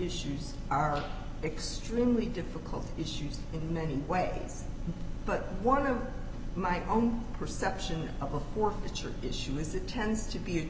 issues are extremely difficult issues in many ways but one of my own perception of work which are issue is it tends to be a